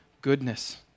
goodness